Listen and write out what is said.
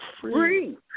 Free